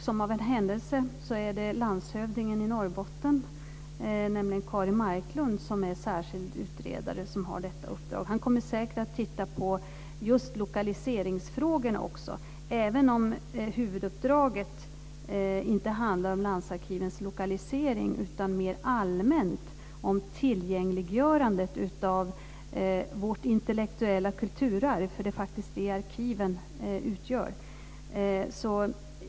Som av en händelse är det landshövdingen i Norrbotten, nämligen Kari Marklund, som är särskild utredare och har detta uppdrag. Han kommer säkert också att titta på just lokaliseringsfrågorna, även om huvuduppdraget inte handlar om landsarkivens lokalisering utan mer allmänt om tillgängliggörandet av vårt intellektuella kulturarv. Det är faktiskt det arkiven utgör.